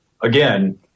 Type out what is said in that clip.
again